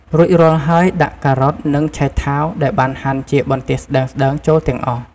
រួចរាល់ហើយដាក់ការ៉ុត និងឆៃថាវដែលបានហាន់ជាបន្ទះស្តើងៗចូលទាំងអស់។